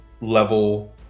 level